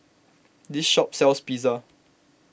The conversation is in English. this shop sells Pizza